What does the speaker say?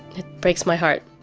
it breaks my heart.